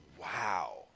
Wow